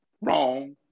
wrong